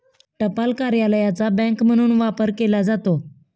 टपाल कार्यालयाचा बँक म्हणून वापर केला जातो